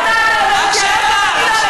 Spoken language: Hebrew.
איילת, רק שאלה.